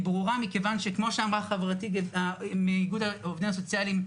היא ברורה מכיוון שכמו שאמרה חברתי מאיגוד העובדים הסוציאליים,